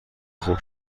خوب